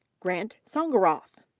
grant sondgeroth.